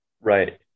Right